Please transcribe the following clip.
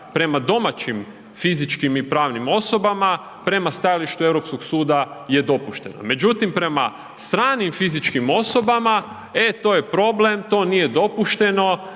prema domaćim fizičkim i pravnim osobama prema stajalištu Europskog suda je dopuštena, međutim, prema stranim fizičkim osobama, e, to je problem, to nije dopušteno,